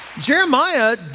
Jeremiah